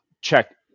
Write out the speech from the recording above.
check